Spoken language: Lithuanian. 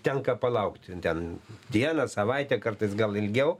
tenka palaukti ten dieną savaitę kartais gal ilgiau